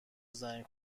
زنگ